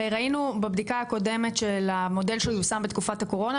הרי ראינו בבדיקה הקודמת של המודל שיושם בתקופת הקורונה,